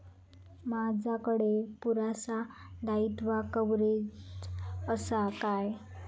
माजाकडे पुरासा दाईत्वा कव्हारेज असा काय?